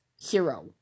hero